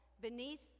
beneath